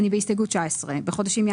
60 מיליון שקלים חדשים"